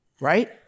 right